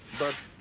but.